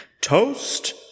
Toast